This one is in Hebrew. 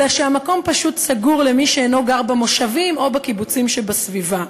אלא שהמקום פשוט סגור למי שאינו גר במושבים או בקיבוצים שבסביבה,